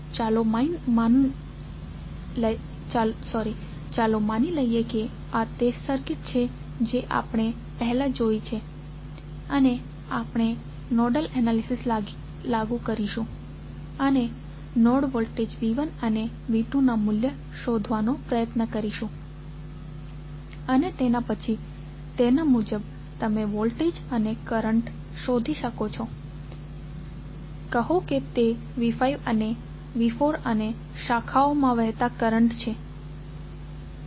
ચાલો માની લઈએ કે આ તે સર્કિટ છે જે આપણે પહેલાં જોઇ છે અને આપણે નોડલ એનાલિસિસ લાગુ કરીશું અને નોડ વોલ્ટેજ V1અને V2 ના મૂલ્યો શોધવાનો પ્રયત્ન કરીશું અને તેના પછી તેના મુજબ તમે વોલ્ટેજ અને કરંટ શોધી શકો છો કહો કે તે V5 V4 અને શાખાઓમાં વહેતા કરંટ છેટે